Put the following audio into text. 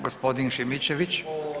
Gospodin Šimičević.